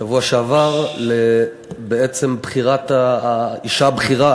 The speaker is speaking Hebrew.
בשבוע שעבר לאישה הבכירה,